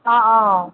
অঁ অঁ